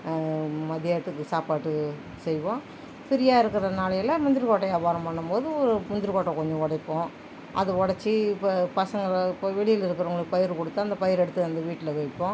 மதியத்துக்கு சாப்பாடு செய்வோம் ஃபிரீயாருக்குற நாளில் முந்திரி கொட்டை யாபாரம் பண்ணும்போது ஒவ்வொரு முந்திரி கொட்டை கொஞ்சம் உடைப்போம் அதை உடச்சி இப்போ பசங்க வெளியில்ருக்குறவுங்களுக்கு பயிரை கொடுத்து அந்த பயிரை எடுத்துட்டு வந்து வீட்டில் வைப்போம்